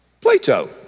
Plato